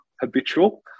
habitual